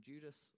Judas